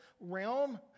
realm